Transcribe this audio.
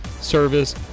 service